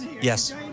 Yes